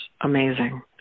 amazing